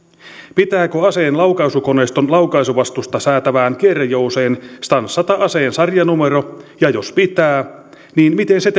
pitääkö aseen laukaisukoneiston laukaisuvastusta säätävään kierrejouseen stanssata aseen sarjanumero ja jos pitää niin miten se